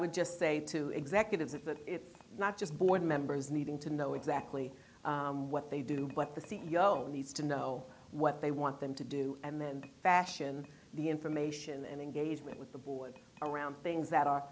would just say to executives at that if not just board members needing to know exactly what they do but the c e o needs to know what they want them to do and then fashion the information and engagement with the board around things that are